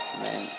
man